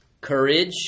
courage